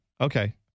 Okay